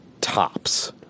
tops